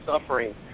suffering